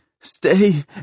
Stay